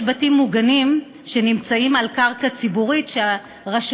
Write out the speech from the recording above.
יש בתים מוגנים שנמצאים על קרקע ציבורית שהרשות